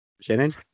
Shannon